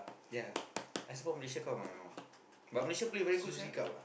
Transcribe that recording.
yeah I support Malaysia cause of my mum but Malaysia play very good sia